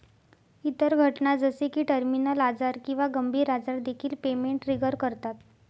इतर घटना जसे की टर्मिनल आजार किंवा गंभीर आजार देखील पेमेंट ट्रिगर करतात